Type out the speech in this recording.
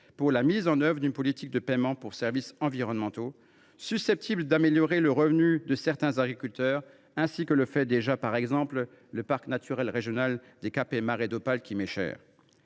pour la mise en œuvre d’une politique de paiements pour services environnementaux susceptible d’améliorer le revenu de certains agriculteurs. À titre d’exemple, le parc naturel régional des caps et marais d’Opale, qui m’est cher,